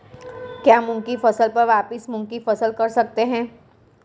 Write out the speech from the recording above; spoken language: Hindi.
क्या मूंग की फसल पर वापिस मूंग की फसल कर सकते हैं?